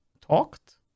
talked